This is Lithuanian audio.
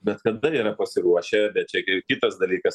bet kada yra pasiruošę bet čia gi kitas dalykas